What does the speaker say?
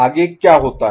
आगे क्या होता है